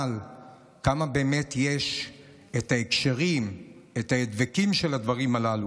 כמה הקשרים יש בחז"ל, את ההדבקים של הדברים הללו.